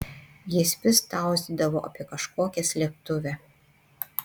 jis vis tauzydavo apie kažkokią slėptuvę